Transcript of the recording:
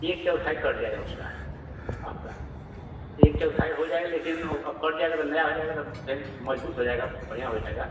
एक चौथाई कट जाएगा उसका आपका एक चौथाई हो जाएगा लेकिन वो अब कट जाएगा तो नया हो जाएगा तो अब मजबूत हो जाएगा बढ़ियां हो जाएगा